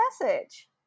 message